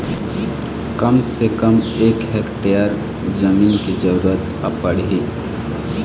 मोला कृषि ऋण लहे बर कतका जमीन के जरूरत पड़ही?